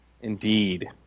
Indeed